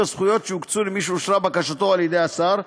הזכויות שיוקצו למי שאושרה בקשתו על ידי השר.